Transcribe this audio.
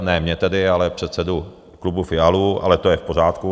Ne mě tedy, ale předsedu klubu Fialu, ale to je v pořádku.